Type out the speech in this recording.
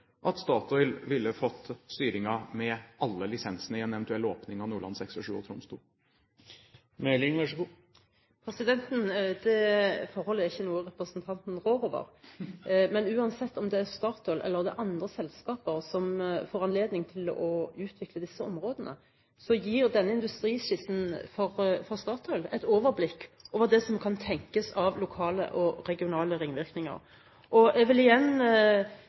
at Statoil ville fått styringen med alle lisensene i en eventuell åpning av Nordland VI og VII og Troms II? Det forholdet er ikke noe representanten rår over. Men uansett om det er Statoil eller andre selskaper som får anledning til å utvikle disse områdene, gir denne industriskissen fra Statoil et overblikk over det som kan tenkes av lokale og regionale ringvirkninger. Jeg vil igjen